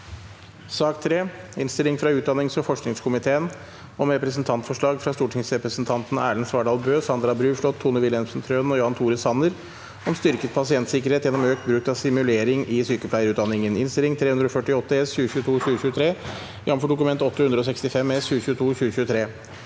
2023 Innstilling fra utdannings- og forskningskomiteen om Representantforslag fra stortingsrepresentantene Erlend Svardal Bøe, Sandra Bruflot, Tone Wilhelmsen Trøen og Jan Tore Sanner om styrket pasientsikkerhet gjennom økt bruk av simulering i sykepleierutdanningen (Innst. 348 S (2022–2023), jf. Dokument 8:165 S (2022–2023))